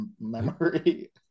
memory